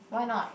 why not